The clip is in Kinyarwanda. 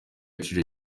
agaciro